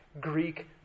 Greek